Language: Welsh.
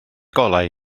golau